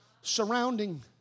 surrounding